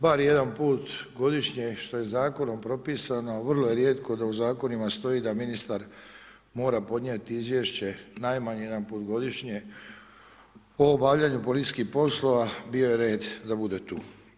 Bar jedan put godišnje, što je zakonom propisano, a vrlo je rijetko da u zakonima stoji da ministar mora podnijeti izvješće najmanje jedan put godišnje, o obavljanju policijskih poslova, bilo bi red da bude tu.